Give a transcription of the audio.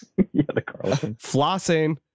flossing